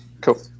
Cool